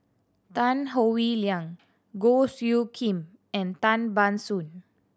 Tan Howe Liang Goh Soo Khim and Tan Ban Soon